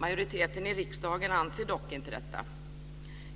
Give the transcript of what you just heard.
Majoriteten i riksdagen anser dock inte detta.